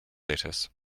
lettuce